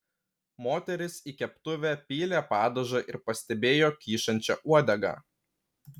moteris į keptuvę pylė padažą ir pastebėjo kyšančią uodegą